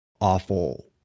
awful